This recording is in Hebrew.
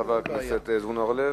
חבר הכנסת זבולון אורלב.